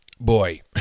Boy